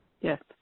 Yes